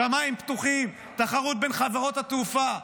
שמיים פתוחים, תחרות בין חברות התעופה.